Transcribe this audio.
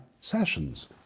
sessions